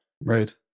Right